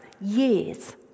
years